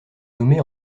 nommé